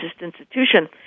institution